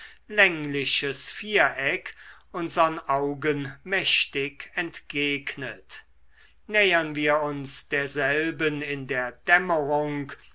längliches viereck unsern augen mächtig entgegnet nähern wir uns derselben in der dämmerung